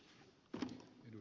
herra puhemies